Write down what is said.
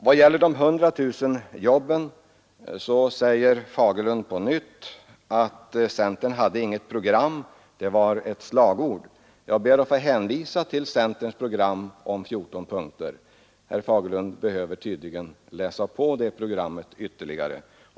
Beträffande de 100 000 jobben säger herr Fagerlund på nytt att centern inte hade något program utan att det var ett slagord. Jag ber att få hänvisa till centerns program i 14 punkter. Herr Fagerlund behöver tydligen läsa på det programmet ytterligare.